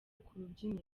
kurubyiniro